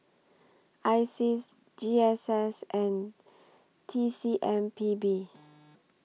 ISEAS G S S and T C M P B